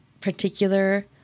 particular